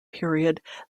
period